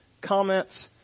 comments